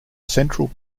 central